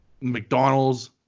McDonald's